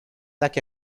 tak